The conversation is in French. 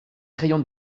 crayons